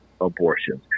abortions